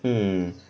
mm